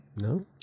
no